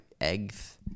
eggs